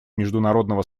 международного